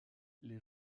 les